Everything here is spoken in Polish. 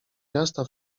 miasta